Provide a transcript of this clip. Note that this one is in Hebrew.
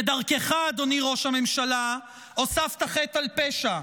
כדרכך, אדוני ראש הממשלה, הוספת חטא על פשע,